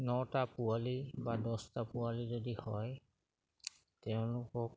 নটা পোৱালি বা দহটা পোৱালি যদি হয় তেওঁলোকক